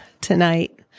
tonight